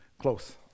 Close